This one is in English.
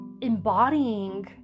embodying